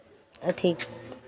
अथी